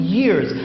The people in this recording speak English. years